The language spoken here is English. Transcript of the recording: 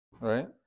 right